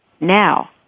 Now